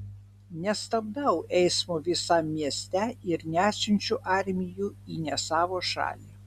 nestabdau eismo visam mieste ir nesiunčiu armijų į ne savo šalį